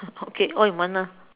okay all in one ah